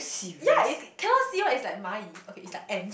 ya you cannot see one it's like 蚂蚁 okay it's like ants